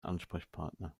ansprechpartner